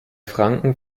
franken